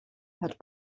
had